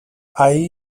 ahí